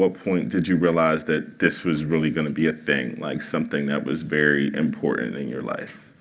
ah point did you realize that this was really going to be a thing like, something that was very important in your life?